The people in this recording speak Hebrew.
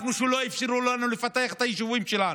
אנחנו, שלא אפשרו לנו לפתח את היישובים שלנו,